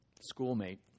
schoolmate